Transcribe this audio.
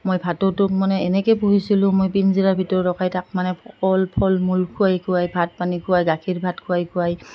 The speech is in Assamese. মই ভাটৌটোক মানে এনেকে পুহিছিলোঁ মই পিঞ্জিৰাৰ ভিতৰত ৰখাই তাক মানে ফল মূল খোৱাই খোৱাই ভাত পানী খোৱাই গাখীৰ ভাত খোৱাই খোৱাই